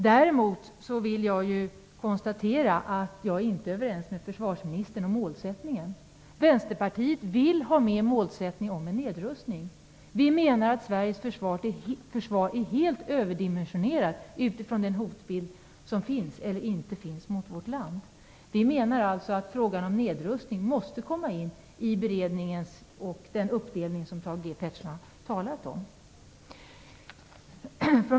Däremot vill jag konstatera att jag inte är överens med försvarsministern om målsättningen. Vänsterpartiet vill ha med en nedrustning i målsättningen. Vi menar att Sveriges försvar är helt överdimensionerat utifrån den hotbild som finns, eller inte finns, gentemot vårt land. Vi menar alltså att frågan om nedrustning måste ingå i beredningen och i den uppdelning som Thage G Peterson har talat om.